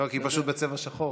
לא, כי היא פשוט בצבע שחור.